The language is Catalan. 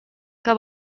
que